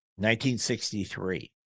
1963